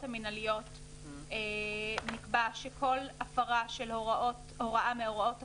המנהליות נקבע שכל הפרה של הוראה מהוראות הפקודה,